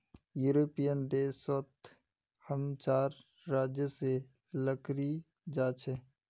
European देश सोत हम चार राज्य से लकड़ी जा छे